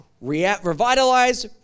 Revitalize